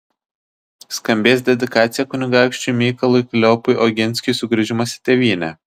skambės dedikacija kunigaikščiui mykolui kleopui oginskiui sugrįžimas į tėvynę